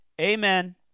amen